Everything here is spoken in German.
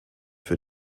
für